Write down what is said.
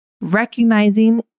recognizing